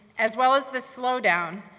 as well as the slow down,